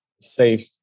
safe